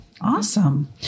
Awesome